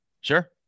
Sure